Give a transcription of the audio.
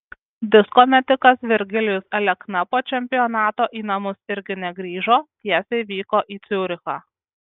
disko metikas virgilijus alekna po čempionato į namus irgi negrįžo tiesiai vyko į ciurichą